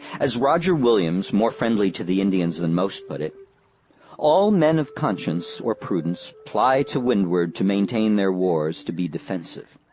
as roger williams, more friendly to the indians than most, put it all men of conscience or prudence ply to windward, to maintain their wars to be defensive.